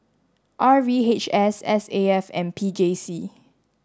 R V H S S A F and P J C